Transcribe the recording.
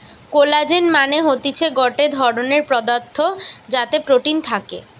collagen মানে হতিছে গটে ধরণের পদার্থ যাতে প্রোটিন থাকে